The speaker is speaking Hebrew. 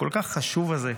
הכל-כך חשוב הזה,